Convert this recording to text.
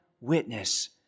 witness